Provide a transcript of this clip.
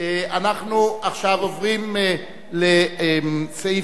37 נגד,